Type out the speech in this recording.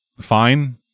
fine